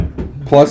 Plus